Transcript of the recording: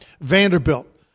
Vanderbilt